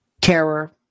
terror